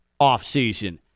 offseason